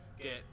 get